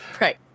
Right